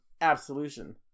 Absolution